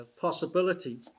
possibility